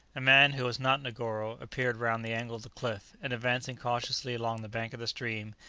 a man, who was not negoro, appeared round the angle of the cliff, and advancing cautiously along the bank of the stream,